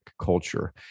culture